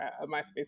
MySpace